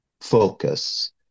focus